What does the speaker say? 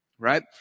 Right